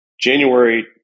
January